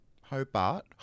Hobart